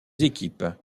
équipes